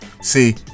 See